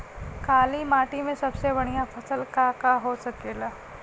काली माटी में सबसे बढ़िया फसल का का हो सकेला?